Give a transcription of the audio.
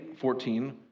14